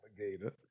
Alligator